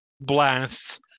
blasts